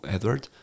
Edward